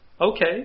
Okay